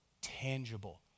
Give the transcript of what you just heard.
Tangible